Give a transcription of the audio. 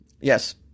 yes